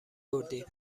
بردیم